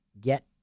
get